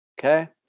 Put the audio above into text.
Okay